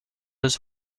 his